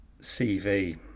CV